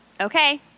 okay